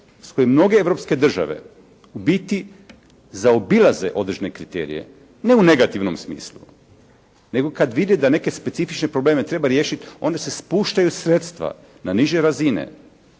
s kojim mnoge europske države u biti zaobilaze određene kriterije ne u negativnom smislu nego kada vide da neke specifične probleme treba riješiti onda se spuštaju sredstva na niže razine.